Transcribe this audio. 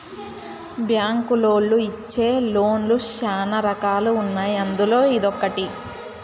బ్యాంకులోళ్ళు ఇచ్చే లోన్ లు శ్యానా రకాలు ఉన్నాయి అందులో ఇదొకటి